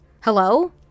Hello